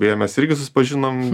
beje mes irgi susipažinom